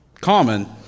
common